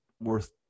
worth